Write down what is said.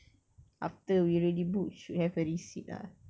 after we already book we should have a receipt ah